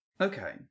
Okay